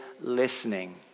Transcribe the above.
listening